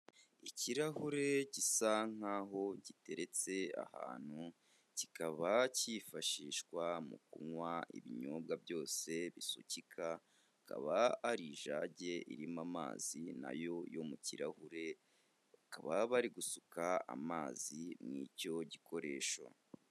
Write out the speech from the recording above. Ikirahure gisa nk'aho giteretse ahantu, kikaba cyifashishwa mu kunywa ibinyobwa byose bisukika, hakaba hari ijage irimo amazi na yo yo mu kirahure, baba bari gusuka amazi mu icyo gikoresho.